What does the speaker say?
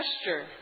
gesture